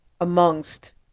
amongst